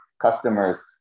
customers